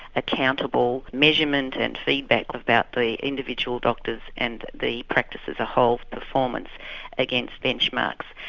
accountable measurement and feedback about the individual doctors and the practice as a whole performance against benchmarks.